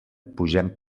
pugem